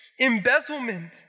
embezzlement